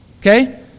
Okay